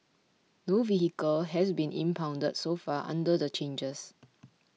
no vehicle has been impounded so far under the changes